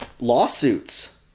lawsuits